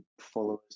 followers